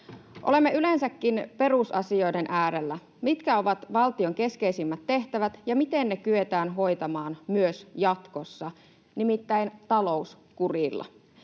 Olemme yleensäkin perusasioiden äärellä: mitkä ovat valtion keskeisimmät tehtävät, ja miten ne kyetään hoitamaan myös jatkossa — nimittäin talouskurilla.